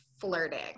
flirting